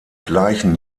gleichen